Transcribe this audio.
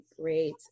great